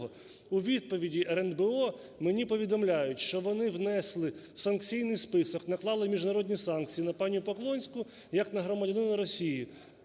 у відповіді РНБО мені повідомляють, що вони внесли в санкційний список, наклали міжнародні санкції на пані Поклонську як на громадянина Росії.